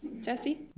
Jesse